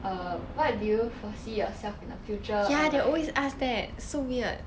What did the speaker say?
err what do you foresee yourself in the future or like